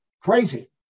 crazy